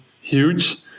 huge